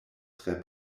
tre